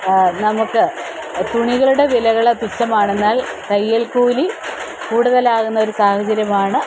നമുക്ക് തുണികളുടെ വിലകള് തുച്ഛമാണെന്നാൽ തയ്യൽ കൂലി കൂടുതലാകുന്ന ഒരു സാഹചര്യമാണ്